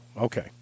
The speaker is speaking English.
Okay